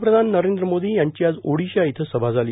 पंतप्रधान नरेंद्र मोदी यांचा आज ओडिशा इथं सभा झाली